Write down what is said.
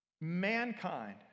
mankind